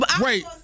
Wait